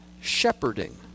shepherding